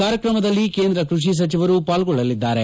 ಕಾರ್ಯಕ್ರಮದಲ್ಲಿ ಕೇಂದ್ರ ಕ್ಪಡಿ ಸಚಿವರು ಪಾಲ್ಗೊಳ್ಳಲಿದ್ದಾರೆ